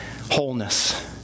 wholeness